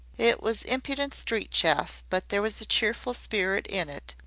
it was impudent street chaff, but there was cheerful spirit in it,